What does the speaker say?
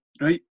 right